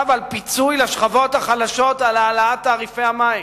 על פיצוי לשכבות החלשות על העלאת תעריפי המים,